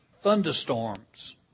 thunderstorms